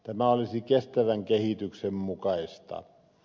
tämä olisi kestävän kehityksen mukaista